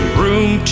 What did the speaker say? room